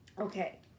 Okay